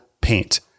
paint